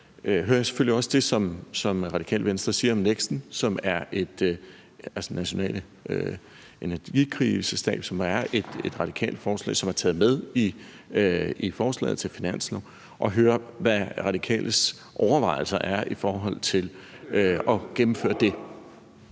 hører jeg selvfølgelig også det, som Radikale Venstre siger om NEKST'en, den nationale energikrisestab, som er et radikalt forslag, der er taget med i forslaget til finanslov, og jeg hører, hvad Radikales overvejelser er i forhold til at gennemføre det.